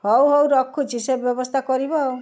ହଉ ହଉ ରଖୁଛି ସେ ବ୍ୟବସ୍ଥା କରିବ ଆଉ